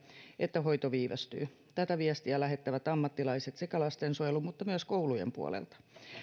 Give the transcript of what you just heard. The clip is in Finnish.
että hoito viivästyy tätä viestiä lähettävät ammattilaiset sekä lastensuojelu mutta myös koulujen puolelta